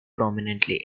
prominently